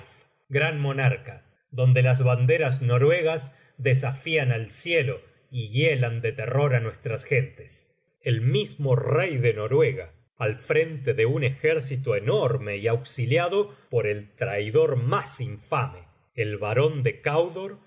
gran monarca donde las banderas noruegas desafían al cielo y hielan de terror á nuestras gentes el mismo rey de noruega al frente de un ejército enorme y auxiliado por el traidor más infame el barón de candor